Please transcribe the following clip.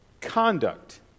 conduct